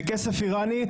בכסף אירני,